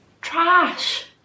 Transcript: Trash